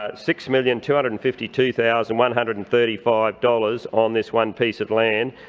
ah six million two hundred and fifty two thousand one hundred and thirty five dollars on this one piece of land.